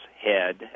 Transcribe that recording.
Head